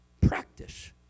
practice